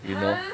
you know